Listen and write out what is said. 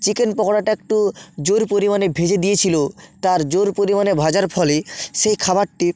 chicken পকোড়াটা একটু জোর পরিমাণে ভেজে দিয়েছিল তার জোর পরিমাণে ভাজার ফলে সেই খাবারটি